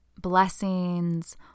blessings